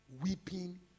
weeping